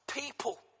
people